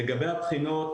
לגבי הבחינות.